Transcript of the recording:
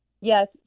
Yes